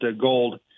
gold